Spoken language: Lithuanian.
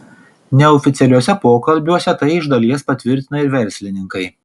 neoficialiuose pokalbiuose tai iš dalies patvirtina ir verslininkai